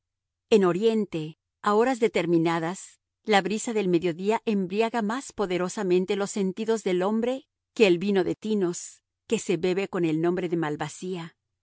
en oriente a horas determinadas la brisa del mediodía embriaga más poderosamente los sentidos del hombre que el vino de tinos que se bebe con el nombre de malvasía el